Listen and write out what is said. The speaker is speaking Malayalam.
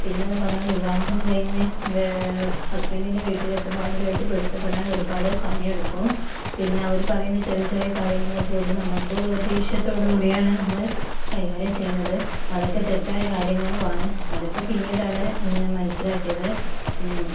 പിന്നെന്ന് പറഞ്ഞാൽ വിവാഹം കഴിഞ്ഞ് ഹസ്ബെന്റിൻ്റെ വീട്ടിലെത്തുമ്പോൾ അവരുമായിട്ട് പൊരുത്തപ്പെടാൻ ഒരുപാട് സമയം എടുക്കും പിന്നെ അവര് പറയുന്ന ചെറിയ ചെറിയ കാര്യങ്ങൾ പോലും നമുക്ക് ദേഷ്യത്തോടു കൂടിയാണ് നമ്മള് കൈകാര്യം ചെയ്യുന്നത് അതൊക്കെ തെറ്റായ കാര്യങ്ങളുവാണ് അതൊക്കെ പിന്നീടാണ് ഞാൻ മനസ്സിലാക്കിയത്